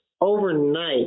overnight